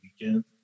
weekend